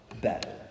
better